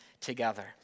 together